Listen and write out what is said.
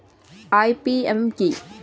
IPM কি?